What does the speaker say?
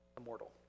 immortal